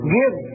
give